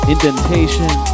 indentation